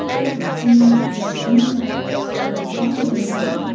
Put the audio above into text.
if immunity to the new coronavirus is longer than a year,